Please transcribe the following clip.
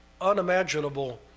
unimaginable